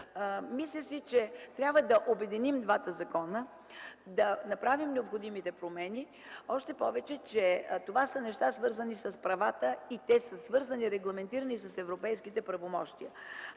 Мисля си, че трябва да обединим двата закона, да направим необходимите промени, още повече че това са неща, свързани с правата. Те са свързани регламентирано и с европейските правомощия.